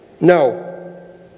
No